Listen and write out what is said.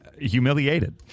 humiliated